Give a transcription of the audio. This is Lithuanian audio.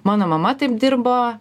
mano mama taip dirbo